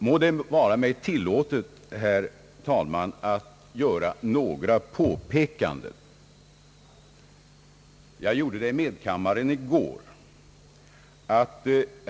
Må det vara mig tillåtet, herr talman, att göra några påpekanden.